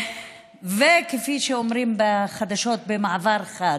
וכפי שאומרים בחדשות: במעבר חד.